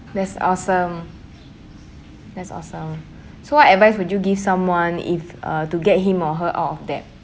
that's awesome that's awesome so what advice would you give someone if uh to get him or her out of debt